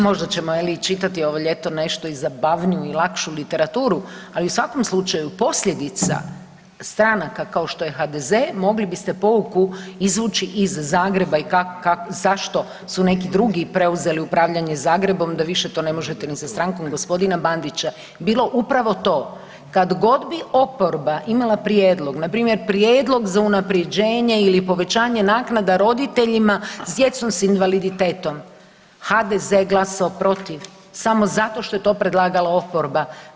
Možda ćemo čitati ovo ljeto nešto i zabavniju i lakšu literaturu, ali u svakom slučaju, posljedica stranaka kao HDZ, mogli biste pouku izvući iz Zagreba i zašto su neki drugi preuzeli upravljanje Zagrebom da više to ne možete za stranku ni gospodina Bandića bilo upravo to kad god bi oporba imala prijedlog npr. prijedlog za unaprjeđenje ili povećanje naknada roditeljima s djecom s invaliditetom, HDZ je glasovao protiv, samo zato što je to predlagala oporba.